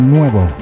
Nuevo